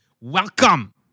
welcome